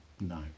No